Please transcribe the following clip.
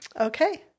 Okay